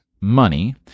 money